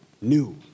new